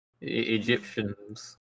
Egyptians